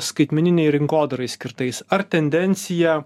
skaitmeninei rinkodarai skirtais ar tendencija